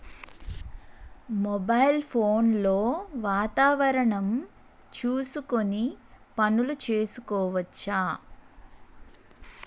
Mobile phone లో వాతావరణం చూసుకొని పనులు చేసుకోవచ్చా?